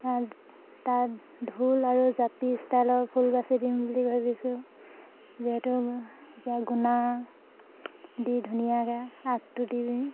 তাত ঢোল আৰু জাপি ষ্টাইলৰ ফুল বাচি দিম বুলি ভাবিছোঁ যিহেতু গুণা দি ধুনীয়াকে আগটো দিম